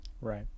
right